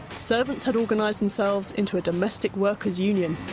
servants had organised themselves in to a domestic workers' union.